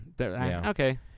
Okay